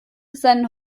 seinen